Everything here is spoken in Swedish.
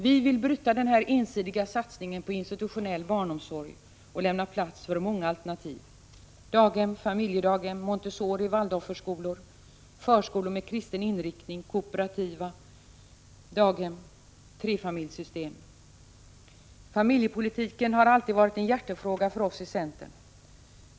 Vi vill bryta den här ensidiga satsningen på institutionell barnomsorg och lämna plats för många alternativ: daghem, familjedaghem, Montessoriskolor, Waldorfförskolor, förskolor med kristen inriktning, kooperativa daghem och trefamiljssystem. Familjepolitiken har alltid varit en hjärtefråga för oss i centern.